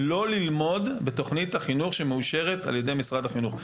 לא ללמוד לפי תוכנית החינוך הממלכתית שמאושרת על ידי משרד החינוך?